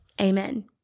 Amen